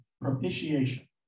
propitiation